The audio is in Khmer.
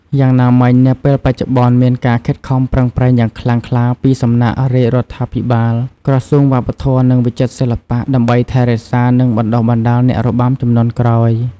យ៉ាងណាមិញ នាពេលបច្ចុប្បន្ន មានការខិតខំប្រឹងប្រែងយ៉ាងខ្លាំងក្លាពីសំណាក់រាជរដ្ឋាភិបាល ក្រសួងវប្បធម៌ និងវិចិត្រសិល្បៈ ដើម្បីថែរក្សា និងបណ្តុះបណ្តាលអ្នករបាំជំនាន់ក្រោយ។